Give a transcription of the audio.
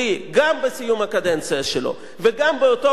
גם בסיום הקדנציה שלו וגם באותו ריאיון